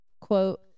Quote